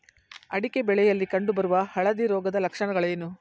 ಅಡಿಕೆ ಬೆಳೆಯಲ್ಲಿ ಕಂಡು ಬರುವ ಹಳದಿ ರೋಗದ ಲಕ್ಷಣಗಳೇನು?